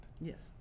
Yes